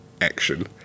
action